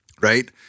right